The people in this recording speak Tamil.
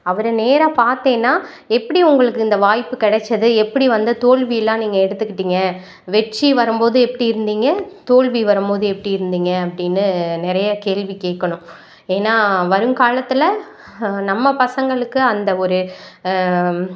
அவரை நேராக பார்த்தேன்னா எப்படி உங்களுக்கு இந்த வாய்ப்பு கெடைச்சது எப்படி வந்து தோல்விலாம் நீங்கள் எடுத்துக்கிட்டிங்க வெற்றி வரும் போது எப்படி இருந்திங்க தோல்வி வரும் போது எப்படி இருந்திங்க அப்படினு நிறைய கேள்வி கேட்கணும் ஏன்னா வரும் காலத்தில் நம்ம பசங்களுக்கு அந்த ஒரு